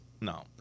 No